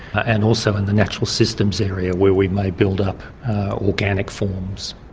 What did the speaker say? and also in the natural systems area where we may build up organic forms.